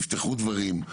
נפתחו דברים,